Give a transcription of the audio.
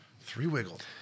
Three-wiggled